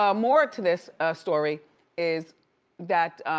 um more to this story is that